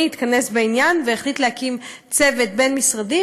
התכנס בעניין והחליט להקים צוות בין-משרדי,